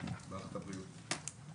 מערכת הבריאות.